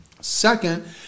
Second